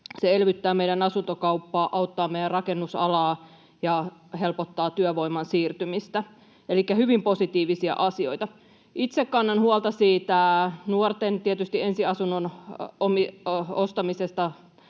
se elvyttää meidän asuntokauppaa, auttaa meidän rakennusalaa ja helpottaa työvoiman siirtymistä. Elikkä hyvin positiivisia asioita. Itse kannan tietysti huolta nuorten ensiasunnon ostamisesta.